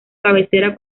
cabecera